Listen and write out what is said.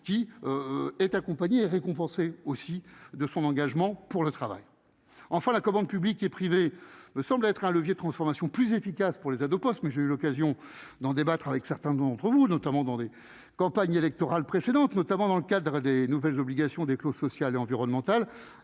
qui est accompagné, récompenser aussi de son engagement pour le travail, enfin la commande publique et privée, me semble être un levier de transformation plus efficace pour les ados, mais j'ai eu l'occasion d'en débattre avec certains d'entre vous, notamment dans des campagnes électorales précédentes, notamment dans le cadre des nouvelles obligations des clauses sociales et environnementales